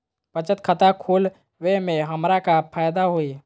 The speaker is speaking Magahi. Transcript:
बचत खाता खुला वे में हमरा का फायदा हुई?